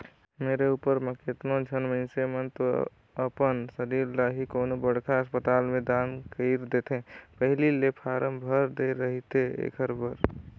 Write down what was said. मरे उपर म केतनो झन मइनसे मन तो अपन सरीर ल ही कोनो बड़खा असपताल में दान कइर देथे पहिली ले फारम भर दे रहिथे एखर बर